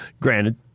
Granted